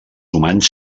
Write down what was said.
humans